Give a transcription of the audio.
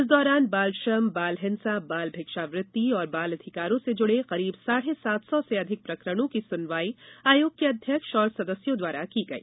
इस दौरान बाल श्रम बाल हिंसा बाल भिक्षावृत्ति तथा बाल अधिकारों से जुड़े करीब साढ़े सात सौ से अधिक प्रकरणों की सुनवाई आयोग के अध्यक्ष और सदस्यों द्वारा की गई